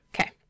Okay